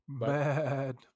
Bad